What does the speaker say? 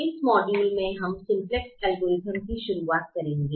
इस मॉड्यूल में हम सिम्पलेक्स अल्गोरिथम की शुरुआत करेंगे